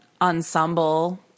ensemble